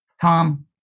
Tom